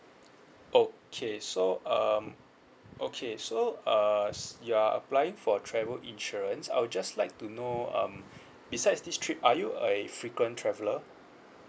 okay so um okay so uh s~ you are applying for travel insurance I'll just like to know um besides this trip are you a frequent traveller